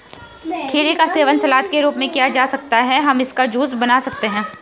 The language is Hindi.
खीरे का सेवन सलाद के रूप में किया जा सकता है या हम इसका जूस बना सकते हैं